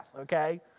Okay